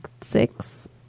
six